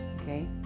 okay